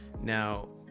Now